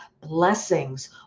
blessings